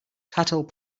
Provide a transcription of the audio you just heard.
cattle